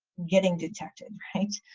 getting detected, right?